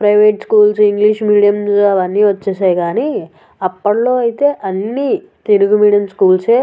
private schools English medium అవన్నీ వచ్చేసాయి కానీ అప్పట్లో అయితే అన్నీ తెలుగు మీడియం స్కూల్సే